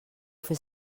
fer